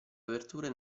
aperture